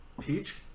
Peach